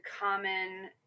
common